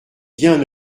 bien